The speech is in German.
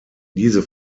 diese